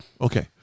okay